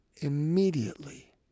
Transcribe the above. Immediately